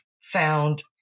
found